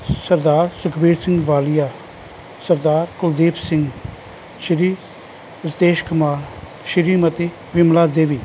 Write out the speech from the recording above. Sardar Sukhbir Singh Walia Sardar Kuldeep Singh Shri Ritesh Kumar Shrimati Bimla Devi